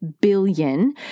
billion